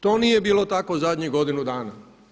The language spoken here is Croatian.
To nije bilo tako u zadnjih godinu dana.